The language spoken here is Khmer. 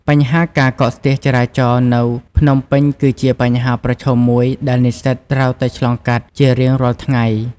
បញ្ហាការកកស្ទះចរាចរណ៍នៅភ្នំពេញគឺជាបញ្ហាប្រឈមមួយដែលនិស្សិតត្រូវតែឆ្លងកាត់ជារៀងរាល់ថ្ងៃ។